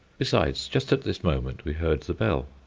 besides, just at this moment we heard the bell.